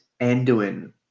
Anduin